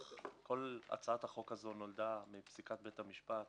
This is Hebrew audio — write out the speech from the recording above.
כל הצעת החוק הזו נולדה מפסיקות בית המשפט